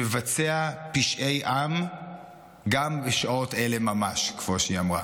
שמבצע פשעי עם גם בשעות אלה ממש, כמו שהיא אמרה.